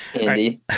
Andy